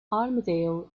armadale